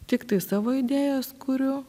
tiktai savo idėjas kuriu